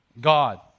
God